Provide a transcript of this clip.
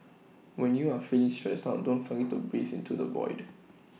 when you are feeling stressed out don't forget to breathe into the void